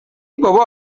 بابا